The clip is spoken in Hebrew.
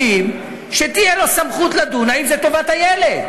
חומריים, שתהיה לו סמכות לדון האם זו טובת הילד.